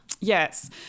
yes